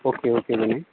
okay okay Vinay